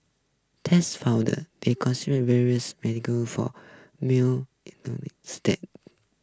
tests found various medical for male